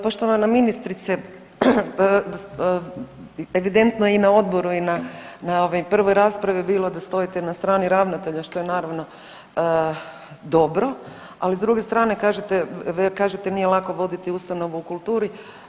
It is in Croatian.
Poštovana ministrice evidentno je i na odboru i na ovoj prvoj raspravi bilo da stojite na strani ravnatelja što je naravno dobro, ali s druge strane kažete nije lako voditi ustanovu u kulturi.